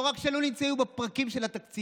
לא רק שהם לא נמצאים בפרקים של התקציב,